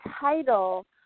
title